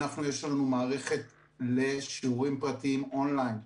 הוא שיש לנו מערכת לשיעורים פרטיים און-ליין.